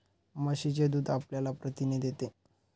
म्हशीचे दूध आपल्याला प्रथिने देते